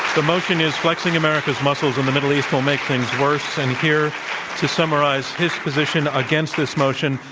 the motion is flexing america's muscles in the middle east will make things worse. and here to summarize his position against this motion,